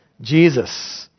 Jesus